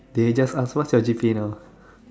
they just ask what's your G_P_A now